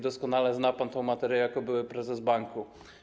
Doskonale zna pan tę materię jako były prezes banku.